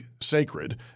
sacred